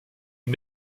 une